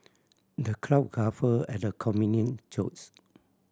the crowd guffawed at the comedian jokes